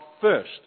first